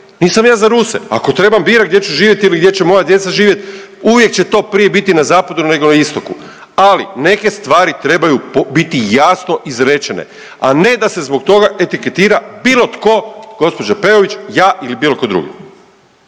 nisam ja za Ruse, ako trebam birat gdje ću živjet ili gdje će moja djeca živjet uvijek će to prije biti na zapadu nego na istoku, ali neke stvari trebaju biti jasno izrečene, a ne da se zbog toga etiketira bilo tko, gđa. Peović, ja ili bilo tko drugi.